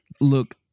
Look